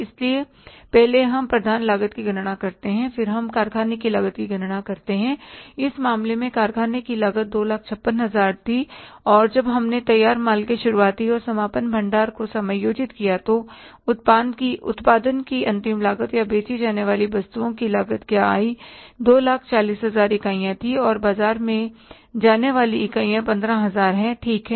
इसलिए पहले हम प्रधान लागत की गणना करते हैं फिर हम कारखाने की लागत की गणना करते हैं इस मामले में कारखाने की लागत 256000 थी और जब हमने तैयार माल के शुरुआती और समापन भंडार को समायोजित किया तो उत्पादन की अंतिम लागत या बेची जाने वाली वस्तुओं की लागत क्या आई 240000 इकाइयाँ थीं और बाजार में जाने वाली इकाइयाँ 15000 हैं ठीक है